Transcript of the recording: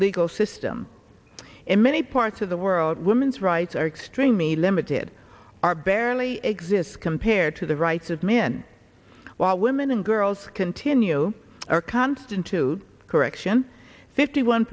legal system in many parts of the were women's rights are extreme me limited are barely exists compared to the rights of men while women and girls continue are constant to correction fifty one